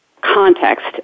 context